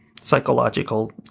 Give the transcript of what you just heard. psychological